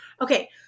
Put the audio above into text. Okay